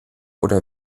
oder